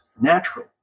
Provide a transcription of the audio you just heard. natural